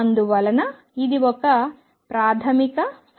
అందువలన ఇది ఒక ప్రాథమిక సమీకరణం